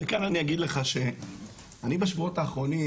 וכאן אני אגיד לך שאני בשבועות האחרונים